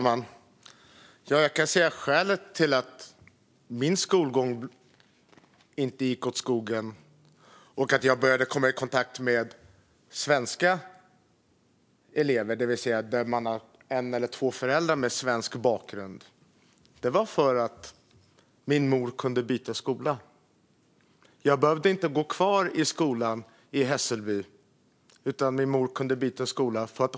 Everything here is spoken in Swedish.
Fru talman! Orsaken till att min skolgång inte gick åt skogen och att jag började komma i kontakt med svenska elever, det vill säga elever som hade en eller två föräldrar med svensk bakgrund, var att min mor kunde byta skola åt mig. Jag behövde inte gå kvar i skolan i Hässelby.